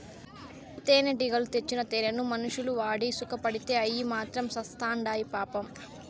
తేనెటీగలు తెచ్చిన తేనెను మనుషులు వాడి సుకపడితే అయ్యి మాత్రం సత్చాండాయి పాపం